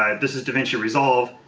um this is davinci resolve.